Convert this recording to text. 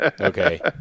Okay